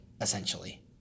essentially